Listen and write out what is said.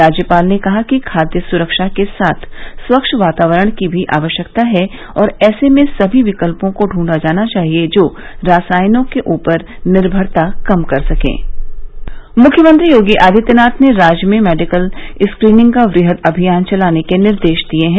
राज्यपाल ने कहा कि खाद्य सुरक्षा के साथ स्वच्छ वातावरण की भी आवश्यकता है और ऐसे में सभी विकल्पों को ढ़ंढा जाना चाहिये जो रासायनों के ऊपर निर्भरता कम कर सके मुख्यमंत्री योगी आदित्यनाथ ने राज्य में मेडिकल स्क्रीनिंग का वृहद अभियान चलाने के निर्देश दिये हैं